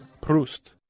Proust